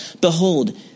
Behold